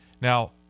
Now